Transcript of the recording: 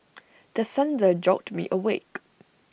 the thunder jolt me awake